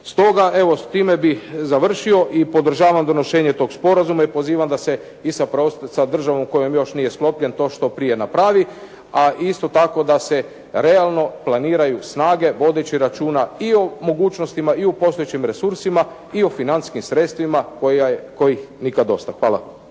Stoga evo s time bih završio i podržavam donošenje tog sporazuma i pozivam da se i sa državom kojom još nije sklopljen to što prije napravi, a isto tako da se realno planiraju snage vodeći računa i o mogućnostima i o postojećim resursima i o financijskim sredstvima kojih nikad dosta. Hvala.